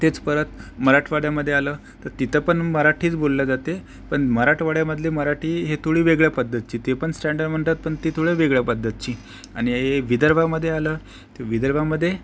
तेच परत मराठवाड्यामध्ये आलं तर तिथं पण मराठीच बोलली जाते पण मराठवाड्यामधली मराठी ही थोडी वेगळ्या पद्धतीची ती पण स्टँडर्ड म्हणतात पण ती थोड्या वेगळ्या पद्धतीची आणि हे हे विदर्भामध्ये आलं तर विदर्भामध्ये